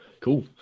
Cool